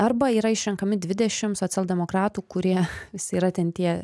arba yra išrenkami dvidešimt socialdemokratų kurie visi yra ten tie